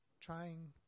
trying